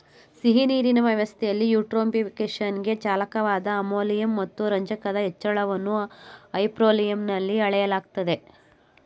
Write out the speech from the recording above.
ಸಿಹಿನೀರಿನ ವ್ಯವಸ್ಥೆಲಿ ಯೂಟ್ರೋಫಿಕೇಶನ್ಗೆ ಚಾಲಕವಾದ ಅಮೋನಿಯಂ ಮತ್ತು ರಂಜಕದ ಹೆಚ್ಚಳವನ್ನು ಹೈಪೋಲಿಯಂನಲ್ಲಿ ಅಳೆಯಲಾಗ್ತದೆ